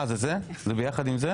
זה ביחד עם זה?